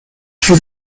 for